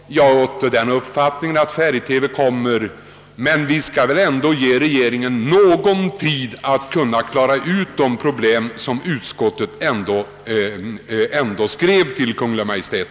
Jag är av den uppfattningen att färg TV kommer, men vi skall väl ändå ge regeringen någon tid att klara de problem som föranledde utskottets förslag om en skrivelse till Kungl. Maj:t.